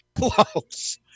close